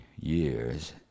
years